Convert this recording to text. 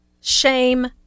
shame